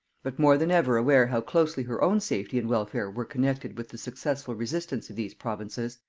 but more than ever aware how closely her own safety and welfare were connected with the successful resistance of these provinces,